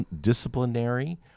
disciplinary